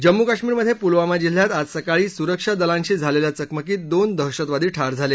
जम्मू कश्मिरमधे पुलवामा जिल्ह्यात आज सकाळी सुरक्षा दलांशी झालेल्या चकमकीत दोन दहशतवादी ठार झाले